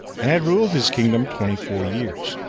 and had ruled his kingdom twenty-four years.